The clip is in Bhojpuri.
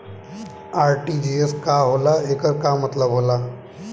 आर.टी.जी.एस का होला एकर का मतलब होला?